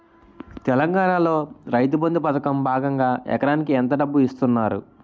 తెలంగాణలో రైతుబంధు పథకం భాగంగా ఎకరానికి ఎంత డబ్బు ఇస్తున్నారు?